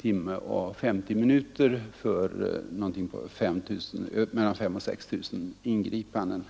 timme och 50 minuter för mellan 5000 och 6 000 ingripanden.